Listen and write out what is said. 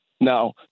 Now